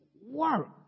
work